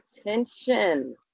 attention